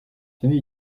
famille